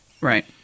Right